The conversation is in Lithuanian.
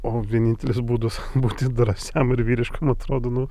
o vienintelis būdas būti drąsiam ir vyriškam atrodo nu